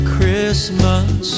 Christmas